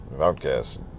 outcast